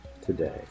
today